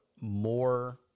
more